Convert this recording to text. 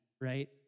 right